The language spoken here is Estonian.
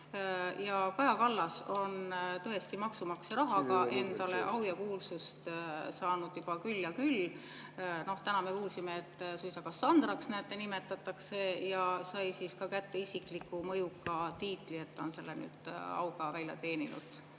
Kaja Kallas on maksumaksja rahaga endale au ja kuulsust saanud juba küll ja küll. Täna me kuulsime, et suisa Kassandraks, näete, nimetatakse, ja ta sai ka kätte isikliku mõjuka tiitli. Ta on selle auga välja teeninud